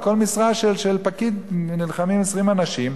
על כל משרה של פקיד נלחמים 20 אנשים,